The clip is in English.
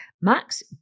Max